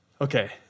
Okay